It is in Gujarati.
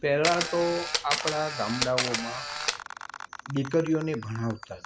પહેલાં તો આપણા ગામડાઓમાં દીકરીઓને ભણાવતાં જ નહીં